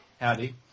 Howdy